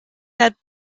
that